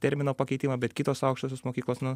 termino pakeitimą bet kitos aukštosios mokyklos nu